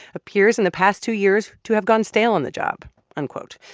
appears in the past two years to have gone stale on the job unquote.